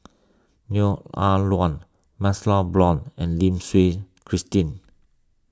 Neo Ah Luan MaxLe Blond and Lim Christine